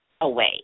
away